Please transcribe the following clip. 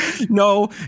No